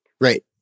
Right